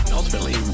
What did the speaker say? Ultimately